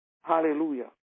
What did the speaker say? hallelujah